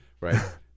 right